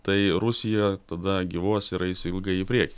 tai rusija tada gyvuos ir eis ilgai į priekį